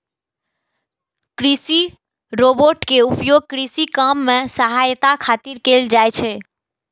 कृषि रोबोट के उपयोग कृषि काम मे सहायता खातिर कैल जाइ छै